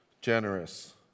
generous